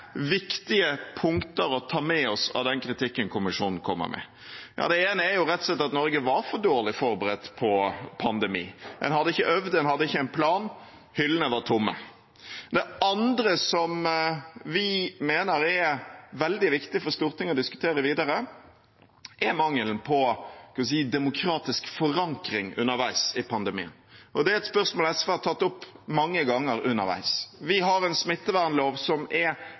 viktige punkter å ta med seg av den kritikken kommisjonen kommer med? Det ene er rett og slett at Norge var for dårlig forberedt på en pandemi. En hadde ikke øvd, en hadde ikke en plan, hyllene var tomme. Det andre som vi mener er veldig viktig for Stortinget å diskutere videre, er mangelen på – skal vi si – en demokratisk forankring underveis i pandemien. Det er et spørsmålet SV har tatt opp mange ganger underveis. Vi har en smittevernlov som er